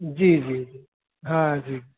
جی جی جی ہاں جی